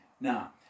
Now